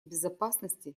безопасности